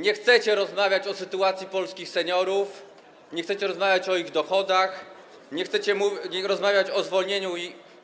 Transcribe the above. Nie chcecie rozmawiać o sytuacji polskich seniorów, nie chcecie rozmawiać o ich dochodach, nie chcecie rozmawiać o zwolnieniu